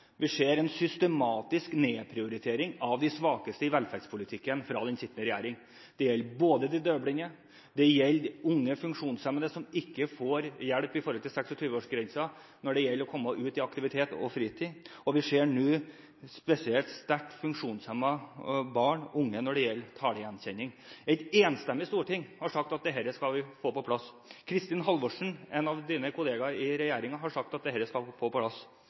Vi ser en systematisk nedprioritering av de svakeste i velferdspolitikken fra den sittende regjering. Det gjelder de døvblinde, det gjelder unge funksjonshemmede som ikke får hjelp i henhold til 26-årsgrensen for å komme ut i aktivitet og fritid, og vi ser det nå spesielt når det gjelder sterkt funksjonshemmede barn og unge med tanke på talegjenkjenning. Et enstemmig storting har sagt at vi skal få dette på plass. Kristin Halvorsen, en av statsrådens kolleger i regjeringen, har sagt at dette skal på plass.